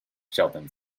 sheldon